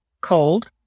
cold